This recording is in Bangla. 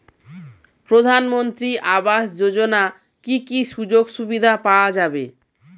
প্রধানমন্ত্রী আবাস যোজনা কি কি সুযোগ সুবিধা পাওয়া যাবে?